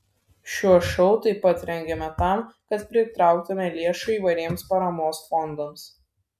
šiuos šou taip pat rengiame tam kad pritrauktumėme lėšų įvairiems paramos fondams